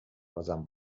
بازم